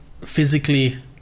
physically